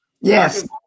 Yes